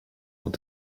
und